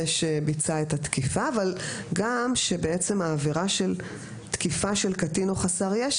שביצע את התקיפה אבל בעצם גם העבירה של תקיפה של קטין או חסר ישע,